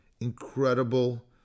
incredible